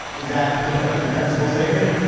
is that a defensible statement?